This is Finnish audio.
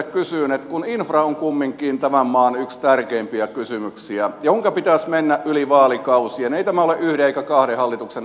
kun infra on kumminkin tämän maan yksi tärkeimpiä kysymyksiä jonka pitäisi mennä yli vaalikausien ei tämä ole yhden eikä kahden hallituksen asia